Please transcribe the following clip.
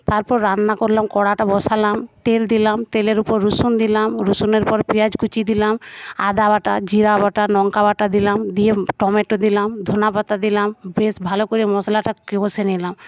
তারপর রান্না করলাম কড়াটা বসালাম তেল দিলাম তেলের উপর রসুন দিলাম রসুনের পর পেঁয়াজ কুচি দিলাম আদা বাঁটা জিরা বাঁটা লঙ্কা বাঁটা দিলাম দিয়ে টমেটো দিলাম ধনে পাতা দিলাম বেশ ভালো করে মশলাটা কষে নিলাম